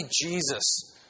Jesus